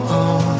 on